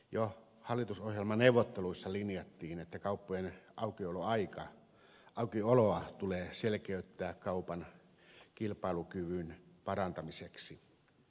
jo hallitusohjelmaneuvotteluissa linjattiin että kauppojen aukioloa tulee selkeyttää kaupan kilpailukyvyn parantamiseksi